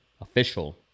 official